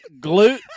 Glute